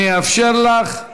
אני אאפשר לך.